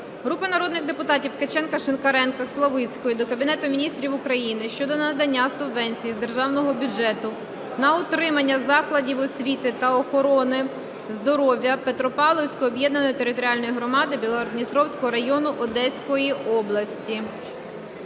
Групи народних депутатів (Ткаченка, Шинкаренка, Славицької) до Кабінету Міністрів України щодо надання субвенції з Державного бюджету на утримання закладів освіти та охорони здоров'я Петропавлівської об'єднаної територіальної громади Білгород-Дністровського району Одеської області.